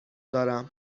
دارم